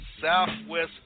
Southwest